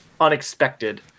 unexpected